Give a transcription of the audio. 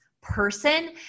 person